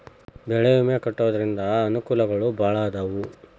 ಬೆಳೆ ವಿಮಾ ಕಟ್ಟ್ಕೊಂತಿದ್ರ ಅನಕೂಲಗಳು ಬಾಳ ಅದಾವ